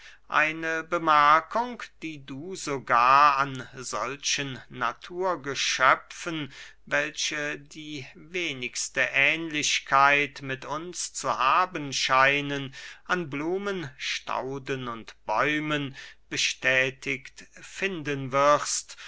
eine bemerkung die du sogar an solchen naturgeschöpfen welche die wenigste ähnlichkeit mit uns zu haben scheinen an blumen stauden und bäumen bestätigst finden wirst